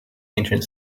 ancient